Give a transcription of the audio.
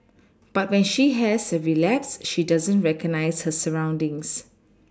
but when she has a relapse she doesn't recognise her surroundings